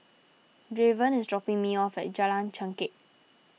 Draven is dropping me off at Jalan Chengkek